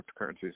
cryptocurrencies